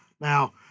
Now